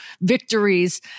victories